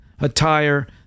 attire